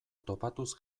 topatuz